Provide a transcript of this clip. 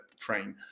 train